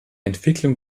entwicklung